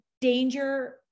danger